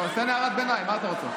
נו, אז תן הערת ביניים, מה אתה רוצה?